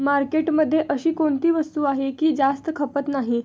मार्केटमध्ये अशी कोणती वस्तू आहे की जास्त खपत नाही?